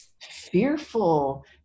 fearful